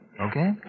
Okay